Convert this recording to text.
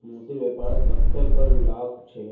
मोतीर व्यापारत कत्ते कर लाग छ